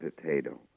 potato